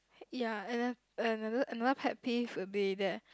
ya and then another another pet peeve would be there